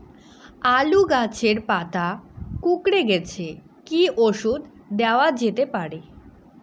আলু গাছের পাতা কুকরে গেছে কি ঔষধ দেওয়া যেতে পারে?